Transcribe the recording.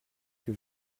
que